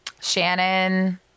Shannon